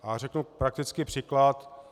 A řeknu praktický příklad.